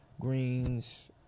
greens